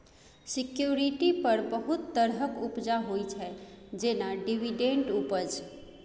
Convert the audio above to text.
security पर बहुत तरहक उपजा होइ छै जेना डिवीडेंड उपज